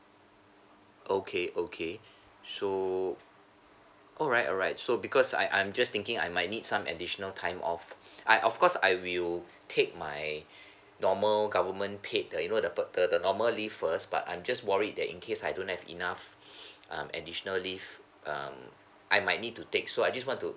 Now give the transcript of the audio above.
okay okay so alright alright so because I I'm just thinking I might need some additional time off I of course I will take my normal government paid the you know the the the normal leave first but I'm just worried that in case I don't have enough um additionally leave um I might need to take so I just want to